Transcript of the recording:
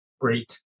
Great